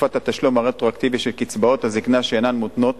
תקופת התשלום הרטרואקטיבי של קצבאות הזיקנה שאינן מותנות